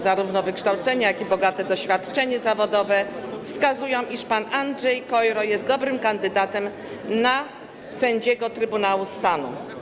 Zarówno wykształcenie, jak i bogate doświadczenie zawodowe wskazują, iż pan Andrzej Kojro jest dobrym kandydatem na sędziego Trybunału Stanu.